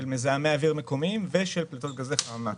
מזהמי אוויר מקומיים ושל פליטות גזי חממה.